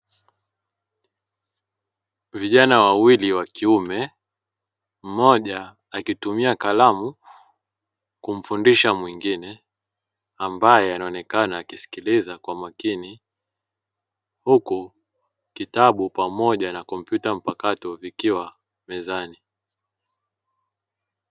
Vijana wawili wakiume, mmoja akitumia kalamu kumfundisha mwingine ambaye anaonekana akisikiliza kwa makini. Huku kitabu pamoja na kompyuta mpakato vikiwa mezani.